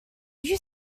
you